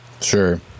Sure